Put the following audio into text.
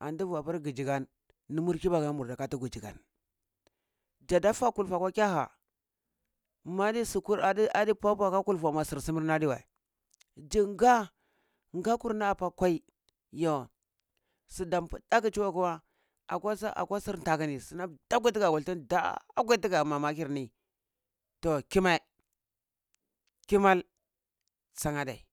antu vua pur gijigan numur kibakur mur murda kati gijigan jada fa kulfu kwa kyaha madisu kur ad puaba ka kultu ma sil sumurni ma adiwa jinga, ga kurni apa kwai yo su dam dulai chuwa kuwa, akwa sur naku sunam dakwai tiga wultini daakwai tiga mamakir ni to kimei kimal san adai